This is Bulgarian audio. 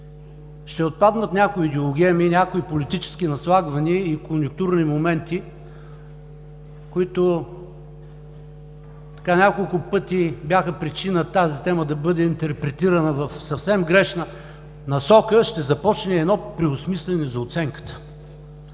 ще отпаднат някои идеологеми, някои политически наслагвания и конюнктурни моменти, които няколко пъти бяха причина тази тема да бъда интерпретирана в съвсем грешна насока, ще започне едно преосмисляне за оценката.